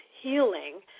healing